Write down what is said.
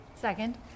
Second